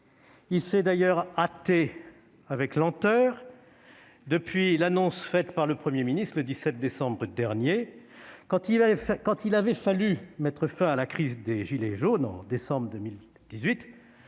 il s'est hâté avec lenteur depuis l'annonce faite par le Premier ministre, le 17 décembre dernier. Quand il avait fallu mettre fin à la crise des gilets jaunes en décembre 2018,